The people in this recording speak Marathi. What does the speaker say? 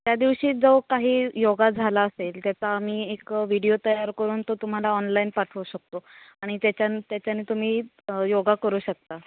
त्या दिवशी जो काही योगा झाला असेल त्याचा आम्ही एक व्हिडिओ तयार करून तो तुम्हाला ऑनलाईन पाठवू शकतो आणि त्याच्यानं त्याच्याने तुम्ही योगा करू शकता